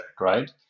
right